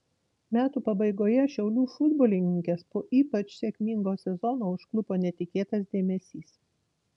metų pabaigoje šiaulių futbolininkes po ypač sėkmingo sezono užklupo netikėtas dėmesys